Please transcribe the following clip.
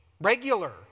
Regular